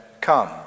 Come